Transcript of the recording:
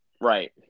Right